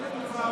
לא מדובר,